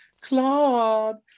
Claude